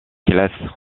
classe